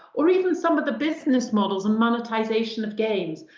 or even some of the business models and monetization of games.